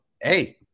Hey